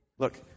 Look